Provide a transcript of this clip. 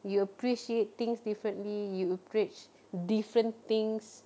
you appreciate things differently you appreciate different things